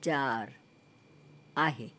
चारि आहे